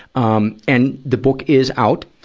um and, the book is out.